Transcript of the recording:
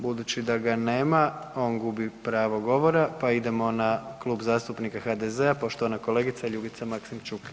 Budući da ga nema, on gubi pravo govora, pa idemo na Klub zastupnika HDZ-a poštovana kolegica Ljubica Maksimčuk.